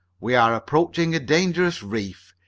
we are approaching a dangerous reef.